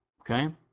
Okay